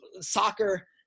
soccer